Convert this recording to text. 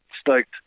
stoked